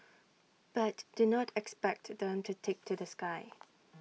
but do not expect them to take to the sky